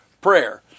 prayer